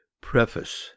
preface